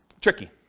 tricky